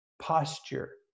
posture